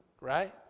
right